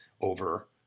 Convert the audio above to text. over